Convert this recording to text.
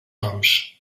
noms